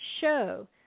show